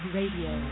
Radio